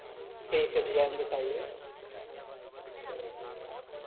ठीक है डिजाइन दिखाइए